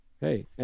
hey